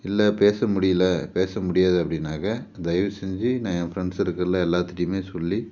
இல்லை பேச முடியல பேச முடியாது அப்படின்னாக்கா தயவுசெஞ்சு நான் என் ஃப்ரெண்ட்ஸ் சர்க்கிளில் எல்லோத்துட்டையுமே சொல்லி